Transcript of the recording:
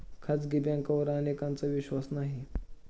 खाजगी बँकांवर अनेकांचा विश्वास नाही